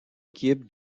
équipe